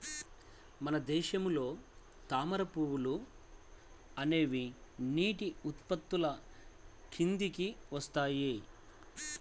మన దేశంలో తామర పువ్వులు అనేవి నీటి ఉత్పత్తుల కిందికి వస్తాయి